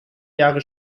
jahre